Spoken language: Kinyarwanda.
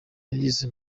yayize